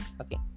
Okay